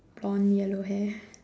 blonde yellow hair